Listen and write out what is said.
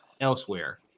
elsewhere